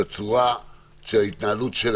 עד כמה שאני יודע, בצורת ההתנהלות היום.